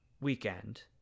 weekend